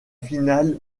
finale